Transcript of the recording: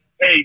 hey